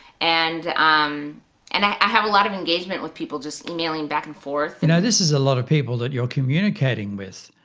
and um and i have a lot of engagement with people just emailing back and forth. you know this is a lot of people that you're communicating with.